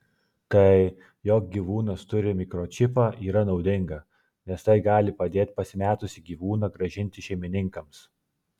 tai jog gyvūnas turi mikročipą yra naudinga nes tai gali padėt pasimetusį gyvūną grąžinti šeimininkams